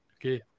Okay